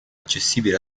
accessibile